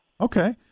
Okay